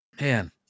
man